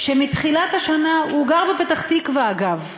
שמתחילת השנה, הוא גר בפתח-תקווה, אגב,